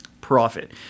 Profit